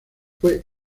fue